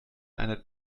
einer